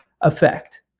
effect